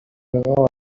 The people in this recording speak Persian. انتقال